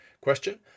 Question